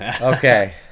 Okay